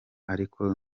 ariko